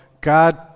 God